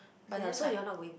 yea so you all not going